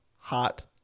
hot